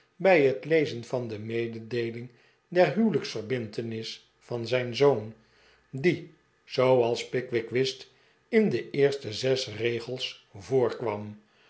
bij het lezen van de mededeeling der huwelijksverbintenis van zijn zoon die zooals pickwick wist in de eerste zes regels voorkwam